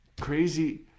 Crazy